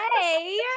Hey